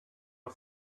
are